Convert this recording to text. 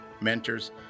mentors